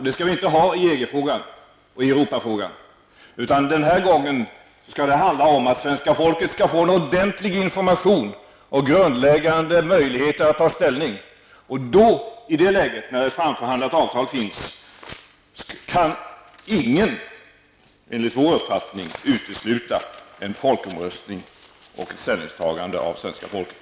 Det skall vi inte ha i EG-frågan och i Europafrågan. Den här gången skall det handla om att svenska folket skall få en ordentlig information och grundläggande möjligheter at ta ställning. I det läget kan ingen, enligt vår uppfattning, utesluta en folkomröstning och ett ställningstagande av svenska folket.